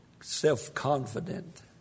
self-confident